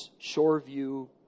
Shoreview